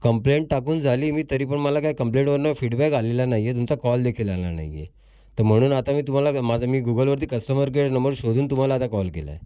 complaint टाकून झाली मी तरी पण मला काय कंप्लेंटवरनं फीडबॅक आलेला नाही आहे तुमचा कॉल देखील आला नाही आहे तर म्हणून आता मी तुम्हाला माझा मी गुगलवरती कस्टमर केअर नंबर शोधून तुम्हाला आता कॉल केला आहे